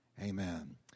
Amen